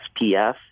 SPF